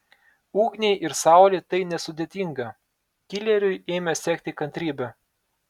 ugniai ir saulei tai nesudėtinga kileriui ėmė sekti kantrybė